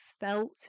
felt